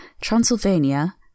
Transylvania